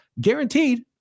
Guaranteed